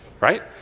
right